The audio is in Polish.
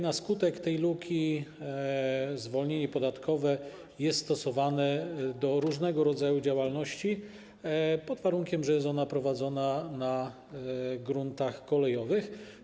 Na skutek tej luki zwolnienie podatkowe jest stosowane do różnego rodzaju działalności, pod warunkiem że jest ona prowadzona na gruntach kolejowych.